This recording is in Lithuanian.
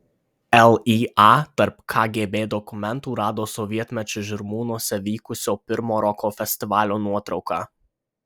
lya tarp kgb dokumentų rado sovietmečiu žirmūnuose vykusio pirmo roko festivalio nuotrauką